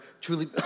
truly